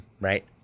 right